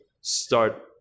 start